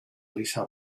lisa